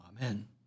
Amen